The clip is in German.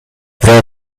wer